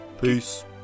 Peace